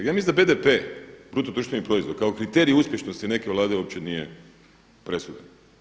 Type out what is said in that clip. Ja mislim da BDP, bruto društveni proizvod kao kriterij uspješnosti neke Vlade uopće nije presudan.